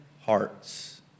hearts